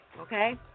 Okay